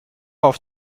auf